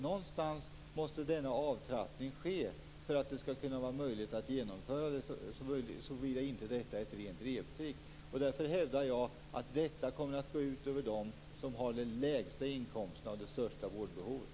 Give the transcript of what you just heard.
Någonstans måste denna avtappning ske för att det skall kunna vara möjligt att genomföra detta - såvida det inte är ett rent reptrick. Därför hävdar jag att detta kommer att gå ut över dem som har de lägsta inkomsterna och de största vårdbehoven.